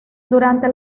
durante